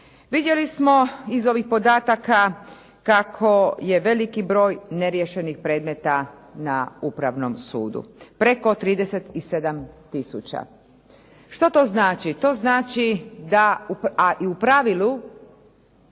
Vidjeli smo iz ovih podataka kako je veliki broj neriješenih predmeta na upravnom sudu, preko 37 tisuća. Što to znači? To znači da, a i u pravilu,